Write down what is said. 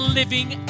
living